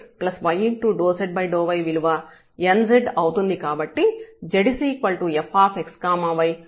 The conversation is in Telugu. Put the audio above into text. కాబట్టి z fx y homogeneous function గా ఇవ్వబడింది